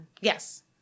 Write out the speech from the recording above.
Yes